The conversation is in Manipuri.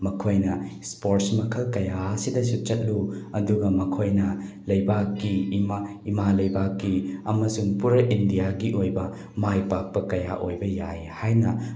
ꯃꯈꯣꯏꯅ ꯏꯁꯄꯣꯔꯠ ꯃꯈꯜ ꯀꯌꯥ ꯑꯁꯤꯗꯁꯨ ꯆꯠꯂꯨ ꯑꯗꯨꯒ ꯃꯈꯣꯏꯅ ꯂꯩꯕꯥꯛꯀꯤ ꯏꯃꯥ ꯂꯩꯕꯥꯛꯀꯤ ꯑꯃꯁꯨꯡ ꯄꯨꯔꯥ ꯏꯟꯗꯤꯌꯥꯒꯤ ꯑꯣꯏꯕ ꯃꯥꯏ ꯄꯥꯛꯄ ꯀꯌꯥ ꯑꯣꯏꯕ ꯌꯥꯏ ꯍꯥꯏꯅ